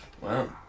Wow